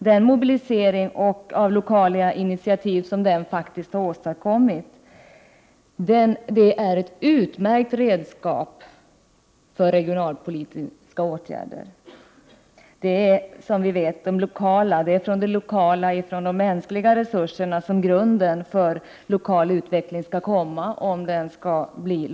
Den mobilisering i fråga om lokala initiativ som därmed faktiskt åstadkommits är ett utmärkt redskap för regionalpolitiken. Det är ju de lokala initiativen och de enskilda människorna, som utgör grunden för en lokal utveckling och som avgör om det över huvud taget blir någon lokal utveckling och hur långvarig den i så fall blir.